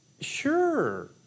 sure